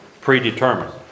predetermined